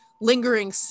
lingering